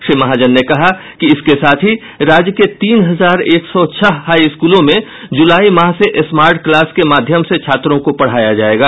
श्री महाजन ने कहा कि इसके साथ ही राज्य के तीन हजार एक सौ छह हाई स्कूलों में जुलाई माह से स्मार्ट क्लास के माध्यम से छात्रों को पढ़ाया जायेगा